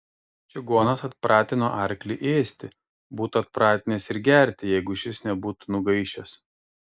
čigonas atpratino arklį ėsti būtų atpratinęs ir gerti jeigu šis nebūtų nugaišęs